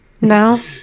No